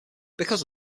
because